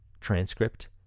transcript